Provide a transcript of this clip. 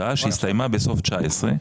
הוראת שעה שהסתיימה בסוף 2019,